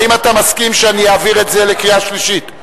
האם אתה מסכים שאני אעביר את זה לקריאה שלישית,